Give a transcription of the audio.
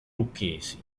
lucchesi